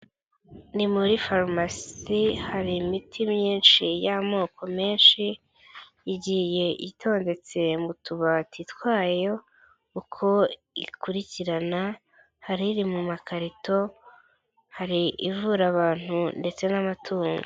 Ni muri farumasi, hari imiti myinshi y'amoko menshi, igiye itondetse mu tubati twayo, uko ikurikirana, hari iri mu makarito, hari ivura abantu ndetse n'amatungo.